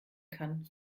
kann